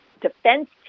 defense